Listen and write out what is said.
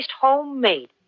homemade